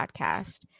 podcast